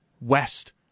West